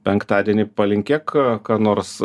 penktadieniui palinkėk ką nors